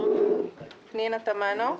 פנינה תמנו,